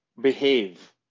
behave